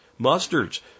mustards